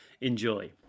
Enjoy